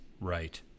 right